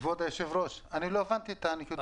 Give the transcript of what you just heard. כבוד היושב-ראש, אני לא הבנתי את הנקודה.